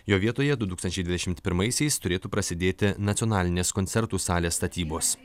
jo vietoje du tūkstančiai dvidešimt pirmaisiais turėtų prasidėti nacionalinės koncertų salės statybos